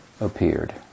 appeared